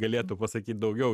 galėtų pasakyt daugiau